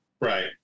right